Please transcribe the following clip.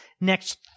next